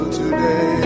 today